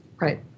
Right